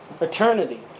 eternity